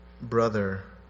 brother